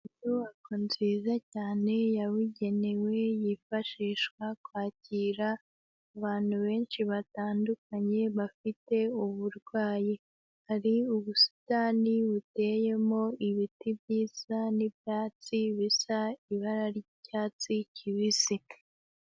Inyubako nziza cyane yabugenewe, yifashishwa kwakira abantu benshi batandukanye bafite uburwayi, hari ubusitani buteyemo ibiti byiza n'ibyatsi bisa ibara ry'icyatsi kibisi.